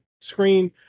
screen